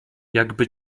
jakby